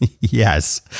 Yes